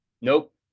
nope